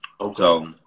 Okay